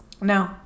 No